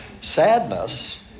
Sadness